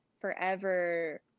forever